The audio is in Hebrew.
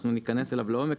אנחנו ניכנס אליו לעומק,